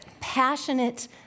Passionate